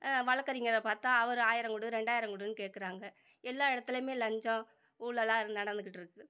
வழக்கறிஞரை பார்த்தா அவர் ஆயிரம் கொடு ரெண்டாயிரம் கொடுன்னு கேட்குறாங்க எல்லா இடத்துலியுமே லஞ்சம் ஊழல்லா நடந்துக்கிட்டிருக்கு